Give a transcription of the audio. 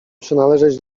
przynależeć